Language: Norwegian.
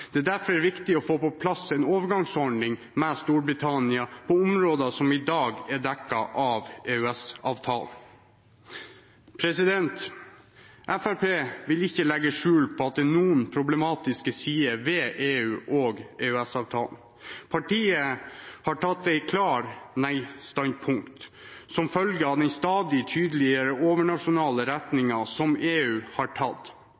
Det er derfor viktig å få på plass en overgangsordning med Storbritannia på områder som i dag er dekket av EØS-avtalen. Fremskrittspartiet vil ikke legge skjul på at det er noen problematiske sider ved EU og EØS-avtalen. Partiet har tatt et klart nei-standpunkt som følge av den stadig tydeligere overnasjonale retningen som EU har tatt.